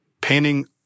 painting